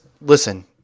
listen